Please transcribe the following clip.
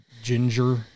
ginger